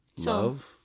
Love